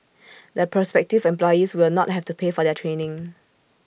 the prospective employees will not have to pay for their training